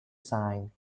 sine